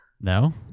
no